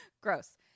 Gross